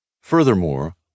Furthermore